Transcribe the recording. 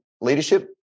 leadership